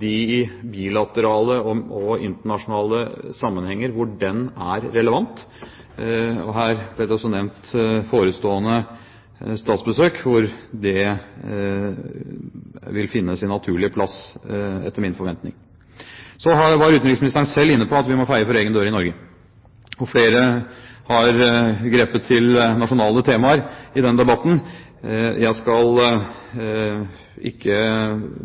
de bilaterale og internasjonale sammenhenger hvor den er relevant, og her ble det også nevnt forestående statsbesøk hvor det vil finne sin naturlige plass, etter min forventning. Så var utenriksministeren selv inne på at vi må feie for egen dør i Norge, og flere har grepet til nasjonale temaer i denne debatten. Jeg skal ikke